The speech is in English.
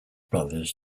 brothers